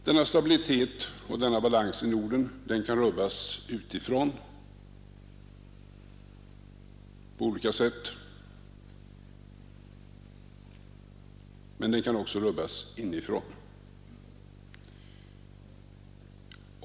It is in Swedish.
Denna stabilitet och denna balans i Norden kan rubbas utifrån på olika sätt, men den kan också rubbas inifrån.